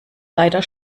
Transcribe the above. leider